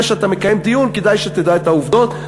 שאתה מקיים דיון כדאי שתדע את העובדות.